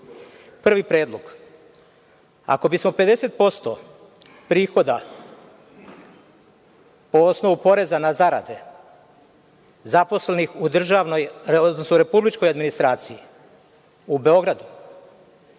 Prvi predlog, ako bismo 50% prihoda po osnovu poreza na zarade zaposlenih u republičkoj administraciji u Beogradu